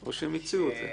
או שהם הציעו אותה.